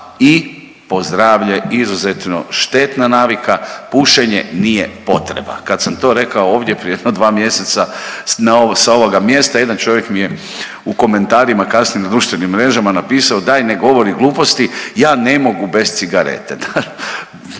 i po zdravlje izuzetno štetna navika, pušenje nije potreba. Kad sam to rekao ovdje prije jedno dva mjeseca sa ovoga mjesta jedan čovjek mi je u komentarima kasnije na društvenim mrežama napisao „daj ne govori gluposti, ja ne mogu bez cigarete“.